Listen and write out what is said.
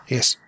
Yes